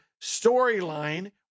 storyline